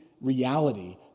reality